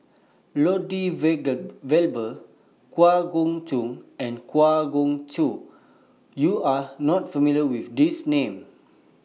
Lloyd Valberg Kwa Geok Choo and Kwa Geok Choo YOU Are not familiar with These Names